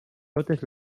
totes